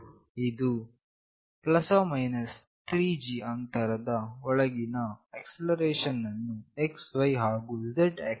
ಇದು ±3g ಅಂತರದ ಒಳಗಿನ ಆಕ್ಸೆಲರೇಷನ್ ಅನ್ನು xy ಹಾಗು z ಆಕ್ಸೆಸ್ ಗಳಲ್ಲಿ ಅಳತೆ ಮಾಡುತ್ತದೆ